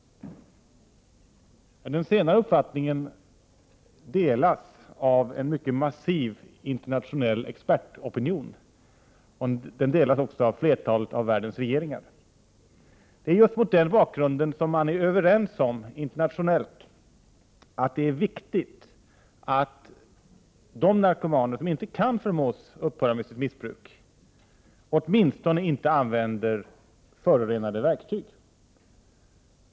Den senare uppfattningen delas av en massiv internationell expertopinion och också av flertalet av världens regeringar. Det är just mot den bakgrunden man internationellt är överens om att det är viktigt att de narkomaner som inte kan förmås upphöra med sitt missbruk åtminstone inte använder förorenade verktyg.